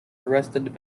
arrested